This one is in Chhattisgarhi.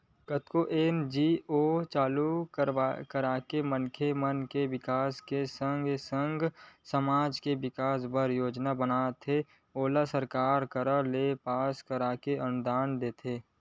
कतको एन.जी.ओ चालू करके मनखे मन के बिकास के संगे संग समाज के बिकास बर योजना बनाथे ओला सरकार करा ले पास कराके अनुदान लेथे